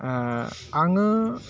आङो